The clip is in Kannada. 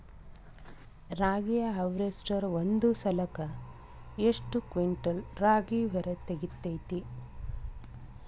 ರಾಗಿಯ ಹಾರ್ವೇಸ್ಟರ್ ಒಂದ್ ಸಲಕ್ಕ ಎಷ್ಟ್ ಕ್ವಿಂಟಾಲ್ ರಾಗಿ ಹೊರ ತೆಗಿತೈತಿ?